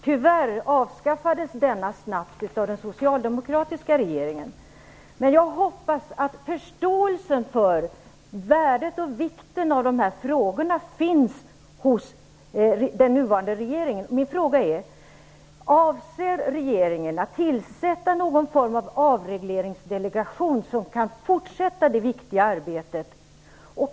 Tyvärr avskaffades denna snabbt av den socialdemokratiska regeringen, men jag hoppas att förståelsen för värdet och vikten av de här frågorna finns hos den nuvarande regeringen. Min fråga är: Avser regeringen att tillsätta någon form av avregleringsdelegation, som kan fortsätta det viktiga arbetet?